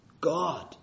God